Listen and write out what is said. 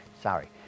Sorry